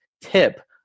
tip